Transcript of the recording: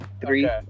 Three